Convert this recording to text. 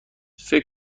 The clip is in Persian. فکر